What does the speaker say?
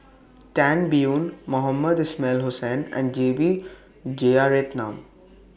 Tan Biyun Mohamed Ismail Hussain and J B Jeyaretnam